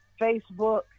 Facebook